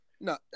No